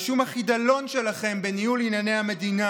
על שום החידלון שלכם בניהול ענייני המדינה.